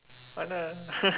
oh no